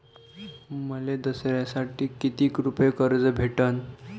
मले दसऱ्यासाठी कितीक रुपये कर्ज भेटन?